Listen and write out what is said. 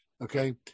okay